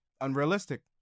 Unrealistic